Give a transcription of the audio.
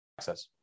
Access